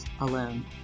alone